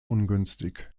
ungünstig